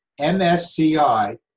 MSCI